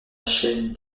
chaîne